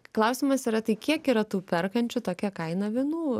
klausimas yra tai kiek yra tų perkančių tokia kaina vynų